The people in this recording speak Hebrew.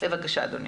בבקשה אדוני.